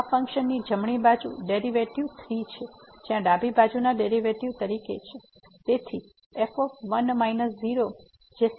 તેથી ફંક્શન આ કિસ્સામાં સ્વાભાવિક રીતે કંટીન્યુયસ રહે છે અને જો આપણે ડિફ્રેન્સીએબીલીટી તપાસીએ તેનો અર્થ એ છે કે પહેલા રાઈટ ડેરીવેટીવ હશે